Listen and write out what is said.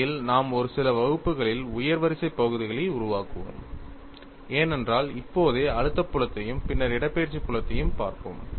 உண்மையில் நாம் ஒரு சில வகுப்புகளில் உயர் வரிசை பகுதிகளை உருவாக்குவோம் ஏனென்றால் இப்போதே அழுத்தப் புலத்தையும் பின்னர் இடப்பெயர்ச்சி புலத்தையும் பார்ப்போம்